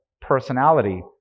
personality